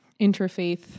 interfaith